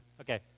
Okay